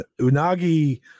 Unagi